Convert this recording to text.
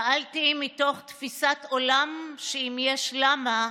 פעלתי מתוך תפיסת עולם שאם יש "למה"